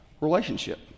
relationship